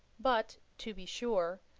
but, to be sure,